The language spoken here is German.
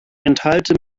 enthalte